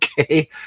Okay